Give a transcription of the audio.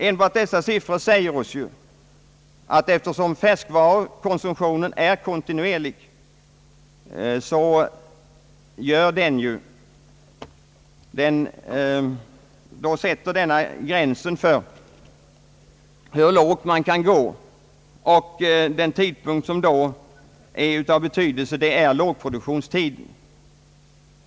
Enbart dessa siffror säger oss ju att eftersom färskvarukonsumtionen är kontinuerlig sättes det en gräns för hur lågt man kan gå, och den period som då är intressant är lågproduktionstiden.